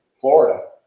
Florida